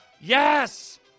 yes